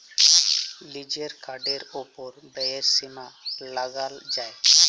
লিজের কার্ডের ওপর ব্যয়ের সীমা লাগাল যায়